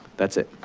that's it.